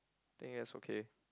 think that's okay